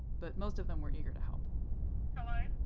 but most of them were eager to help. a hello,